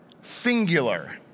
Singular